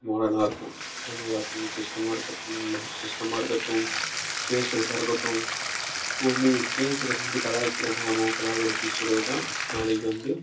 மாடர்னாக இருக்கும் அது ஒரு சிஸ்டமாக இருக்கட்டும் சிஸ்டமாக இருக்கட்டும் பேசுறதா இருக்கட்டும் இப்போ வந்து ஒரு பேசுகிறது வந்து கலாய்க்கிற மேமோ கலாய்க்கிற டீச்சரோ தான் நாளைக்கு வந்து